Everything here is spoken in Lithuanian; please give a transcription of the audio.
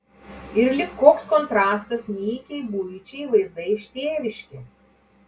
ir lyg koks kontrastas nykiai buičiai vaizdai iš tėviškės